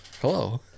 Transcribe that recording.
hello